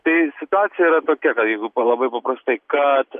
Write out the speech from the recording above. tai situacija yra tokia kad jeigu labai paprastai kad